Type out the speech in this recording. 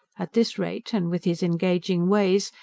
at this rate, and with his engaging ways,